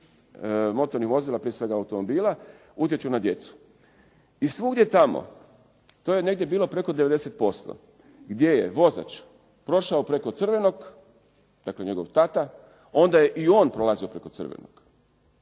motornih vozila prije svega automobila utječu na djecu. I svugdje tamo, to je negdje bilo preko 90% gdje je vozač prošao preko crvenog, dakle njegov tata, onda je i on prolazio preko crvenog.